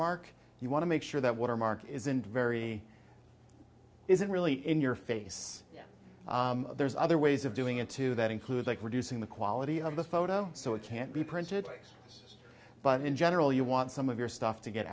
mark you want to make sure that watermark isn't very isn't really in your face there's other ways of doing it too that include like reducing the quality of the photo so it can't be printed but in general you want some of your stuff to get